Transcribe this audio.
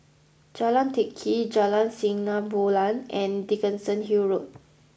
Jalan Teck Kee Jalan Sinar Bulan and Dickenson Hill Road